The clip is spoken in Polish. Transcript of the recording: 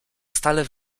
stale